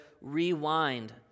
rewind